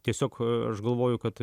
tiesiog aš galvoju kad